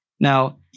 Now